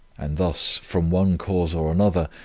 and thus, from one cause or another,